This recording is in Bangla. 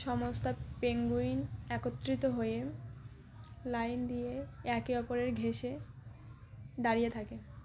সমস্ত পেঙ্গুইন একত্রিত হয়ে লাইন দিয়ে একে অপরের ঘেসে দাঁড়িয়ে থাকে